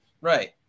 Right